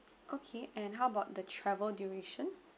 okay and how about the travel duration